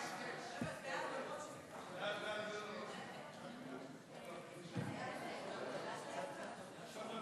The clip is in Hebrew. ההצעה להעביר את הצעת חוק